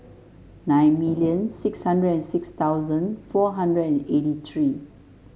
nine million six hundred six thousand four hundred eighty three